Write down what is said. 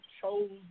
chose